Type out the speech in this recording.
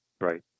Right